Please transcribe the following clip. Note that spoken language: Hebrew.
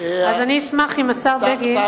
אז אני אשמח אם השר בגין,